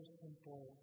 simple